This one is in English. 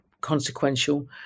consequential